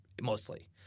mostly